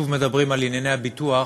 שוב מדברים על ענייני הביטוח.